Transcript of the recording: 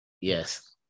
Yes